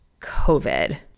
COVID